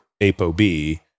ApoB